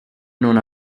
non